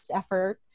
effort